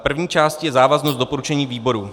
První částí je závaznost doporučení výboru.